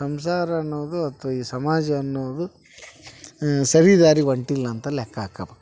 ಸಂಸಾರ ಅನ್ನೋದು ಅಥ್ವಾ ಈ ಸಮಾಜ ಅನ್ನೋದು ಸರಿ ದಾರಿಗೆ ಹೊಂಟಿಲ್ಲ ಅಂತ ಲೆಕ್ಕ ಹಾಕಬೇಕು